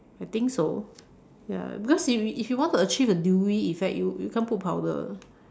I think so ya because if if you want to achieve a dewy effect you you can't put powder